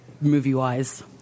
movie-wise